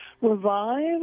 revive